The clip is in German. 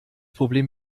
problem